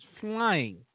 flying